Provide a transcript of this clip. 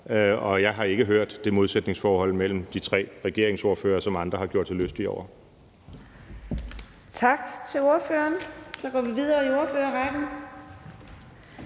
og jeg har ikke hørt det modsætningsforhold mellem de tre regeringspartier, som andre har gjort sig lystige over.